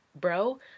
bro